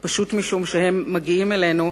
רק כיוון שאלה מי שמבקשים את עזרתנו,